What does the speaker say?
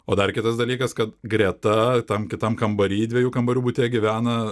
o dar kitas dalykas kad greta tam kitam kambary dviejų kambarių bute gyvena